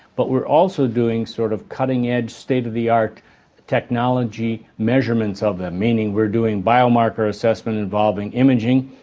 but we're also doing sort of cutting edge state of the art technology measurements of them, meaning we're doing biomarker assessments involving imaging,